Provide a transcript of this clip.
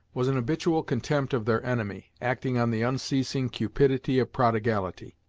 was an habitual contempt of their enemy, acting on the unceasing cupidity of prodigality.